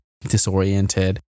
disoriented